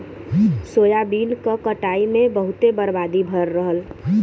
soybean क कटाई में बहुते बर्बादी भयल रहल